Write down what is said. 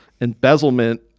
Embezzlement